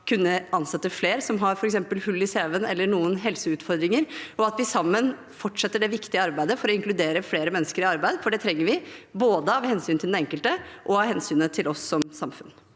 kunne ansette flere som har f.eks. hull i cv-en eller noen helseutfordringer, og at vi sammen fortsetter det viktige arbeidet for å inkludere flere mennesker i arbeid, for det trenger vi, både av hensyn til den enkelte og av hensyn til oss som samfunn.